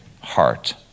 heart